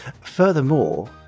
Furthermore